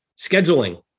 Scheduling